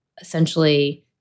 essentially